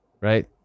Right